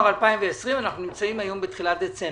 אנחנו היום בתחילת דצמבר.